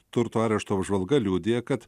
turto areštų apžvalga liudija kad